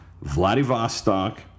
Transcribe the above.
Vladivostok